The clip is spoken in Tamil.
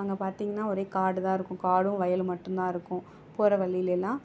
அங்கே பார்த்தீங்கன்னா ஒரே காடுதான் இருக்கும் காடும் வயலும் மட்டும்தான் இருக்கும் போகிற வழியில்யெல்லாம்